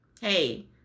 hey